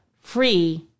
free